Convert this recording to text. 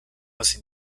los